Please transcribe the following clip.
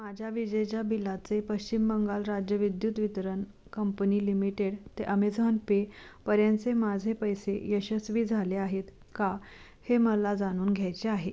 माझ्या विजेच्या बिलाचे पश्चिम बंगाल राज्य विद्युत वितरण कंपनी लिमिटेड ते अमेझॉन पे पर्यंतचे माझे पैसे यशस्वी झाले आहेत का हे मला जाणून घ्यायचे आहे